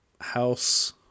house